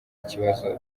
kibazo